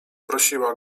prosiła